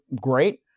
great